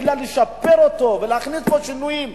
לשפר אותו ולהכניס בו שינויים,